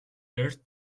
ერთ